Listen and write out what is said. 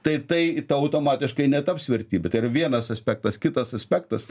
tai tai tau automatiškai netaps vertybė tai yra vienas aspektas kitas aspektas